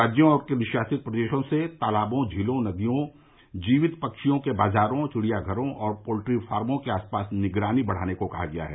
राज्यों और केंद्रशासित प्रदेशों से तालाबों झीलों नदियों जीवित पक्षियों के बाजारों चिडियाघरों और पोल्ट्री फार्मो के आसपास निगरानी बढाने को कहा गया है